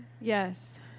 Yes